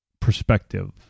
perspective